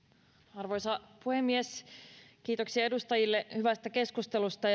arvoisa puhemies kiitoksia edustajille hyvästä keskustelusta